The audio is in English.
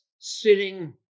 sitting